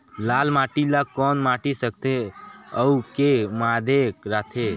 लाल माटी ला कौन माटी सकथे अउ के माधेक राथे?